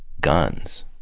guns,